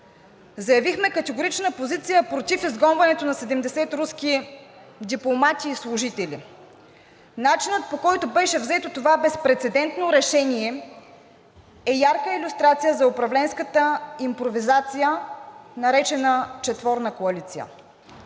Заявихме категорична позиция против изгонването на 70 руски дипломати и служители. Начинът, по който беше взето това безпрецедентно решение, е ярка илюстрация за управленската импровизация, наречена четворна коалиция.